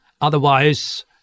Otherwise